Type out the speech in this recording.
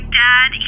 dad